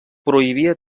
prohibia